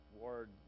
word